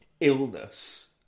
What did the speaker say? illness